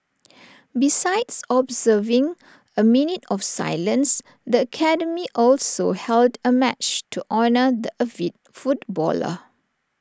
besides observing A minute of silence the academy also held A match to honour the avid footballer